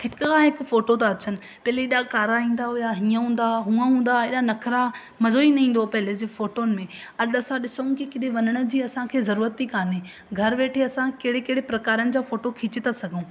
हिक खां हिकु फोटो था अचनि पहिले एॾा कारा ईंदा हुया हीअं हूंदा हा हूंअ हूंदा हुआ एॾा नख़रा मज़ो ई न ईंदो हो पहिले जे फोटुनि में अॼु असां ॾिसूं की किॾे वञण जी असां खे ज़रूरत ई कान्हे घरु वेठे असां कहिड़े कहिड़े प्रकारनि जा फोटूं खीचे था सघूं